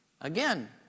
Again